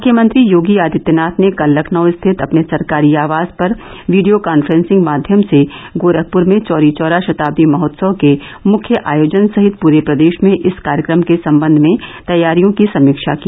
मुख्यमंत्री योगी आदित्यनाथ ने कल लखनऊ स्थित अपने सरकारी आवास पर वीडियो कान्फ्रॅसिंग माध्यम से गोरखपुर में चौरीचौरा शताद्दी महोत्सव के मुख्य आयोजन सहित पूरे प्रदेश में इस कार्यक्रम के सम्बंध में तैयारियों की समीक्षा की